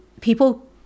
people